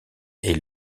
est